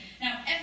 now